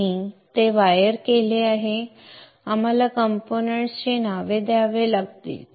आपण ते वायर केले आहे आपल्याला कंपोनेंट्स ची नावे द्यावी लागतील